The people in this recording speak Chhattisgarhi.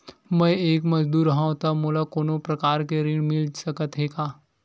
मैं एक मजदूर हंव त मोला कोनो प्रकार के ऋण मिल सकत हे का?